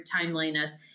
timeliness